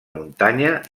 muntanya